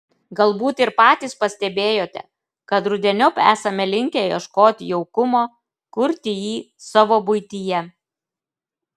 galbūt ir patys pastebėjote kad rudeniop esame linkę ieškoti jaukumo kurti jį savo buityje